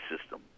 system